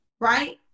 right